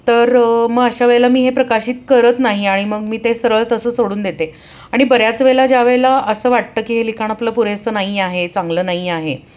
तर मग अशा वेळेला मी हे प्रकाशित करत नाही आणि मग मी ते सरळ तसं सोडून देते आणि बऱ्याच वेळेला ज्या वेळेला असं वाटतं की हे लिखाण आपलं पुरेचं नाही आहे चांगलं नाही आहे